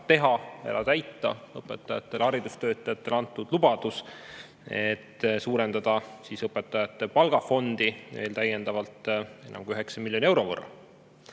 et täita õpetajatele, haridustöötajatele antud lubadust ja suurendada õpetajate palgafondi täiendavalt veel enam kui 9 miljoni euro võrra.